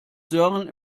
sören